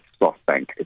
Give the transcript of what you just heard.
SoftBank